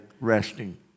resting